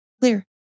clear